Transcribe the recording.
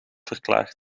verklaard